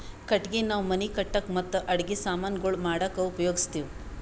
ಕಟ್ಟಗಿ ನಾವ್ ಮನಿ ಕಟ್ಟಕ್ ಮತ್ತ್ ಅಡಗಿ ಸಮಾನ್ ಗೊಳ್ ಮಾಡಕ್ಕ ಉಪಯೋಗಸ್ತಿವ್